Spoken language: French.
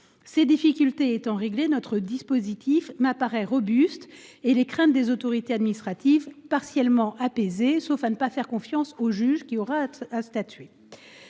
Ces difficultés étant réglées, notre dispositif apparaît robuste et les craintes des autorités administratives sont partiellement apaisées, à moins de ne pas faire confiance au juge qui devra statuer.